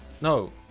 no